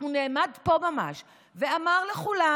הוא נעמד פה ממש ואמר לכולם,